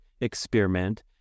experiment